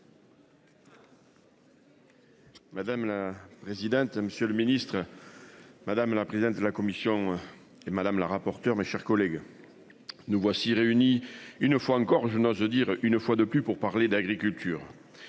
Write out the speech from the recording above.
Madame la présidente. Monsieur le Ministre. Madame la présidente de la commission et madame la rapporteure, mes chers collègues. Nous voici réunis une fois encore, je n'ose veux dire une fois de plus pour parler d'agriculture.